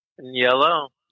Yellow